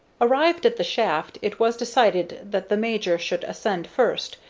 arrived at the shaft, it was decided that the major should ascend first,